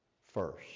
first